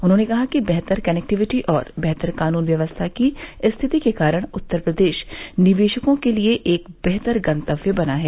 उन्होंने कहा कि बेहतर कनेक्टिविटी और बेहतर कानून व्यवस्था की स्थिति के कारण उत्तर प्रदेश निवेशकों के लिए एक बेहतर गंतव्य बना है